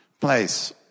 place